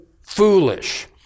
foolish